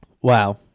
Wow